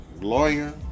lawyer